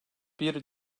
bir